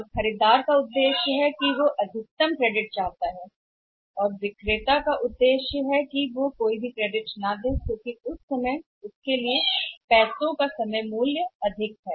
और खरीदार का उद्देश्य यह है कि वह अधिकतम क्रेडिट चाहता है और अब इसका उद्देश्य है विक्रेता यह है कि क्रेडिट को बिल्कुल भी न दें ताकि उसके लिए पैसे का समय मूल्य अधिकतम हो